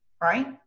Right